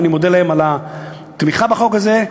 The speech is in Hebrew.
ואני מודה להם על התמיכה בחוק הזה.